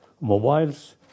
Mobiles